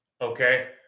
Okay